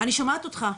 אני שומעת אותך,